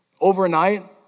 overnight